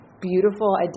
beautiful